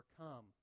overcome